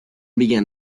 began